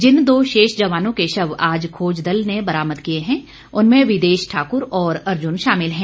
जिन दो शेष जवानों के शव आज खोज दल ने बरामद किए हैं उनमें विदेश ठाकुर और अर्जुन शामिल है